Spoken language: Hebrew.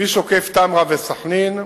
כביש עוקף תמרה וסח'נין,